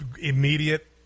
immediate